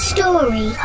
Story